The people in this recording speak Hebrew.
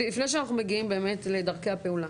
לפני שאנחנו מגיעים באמת לדרכי הפעולה,